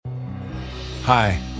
Hi